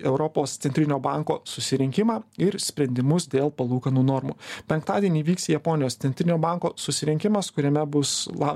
europos centrinio banko susirinkimą ir sprendimus dėl palūkanų normų penktadienį įvyks japonijos centrinio banko susirinkimas kuriame bus la